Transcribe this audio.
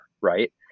right